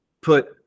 put